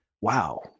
wow